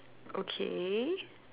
okay